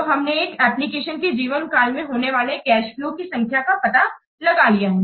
तो हमने एक एप्लीकेशन के जीवन काल में होने वाले कैश फ्लोज की संख्या का पता लगा लिया है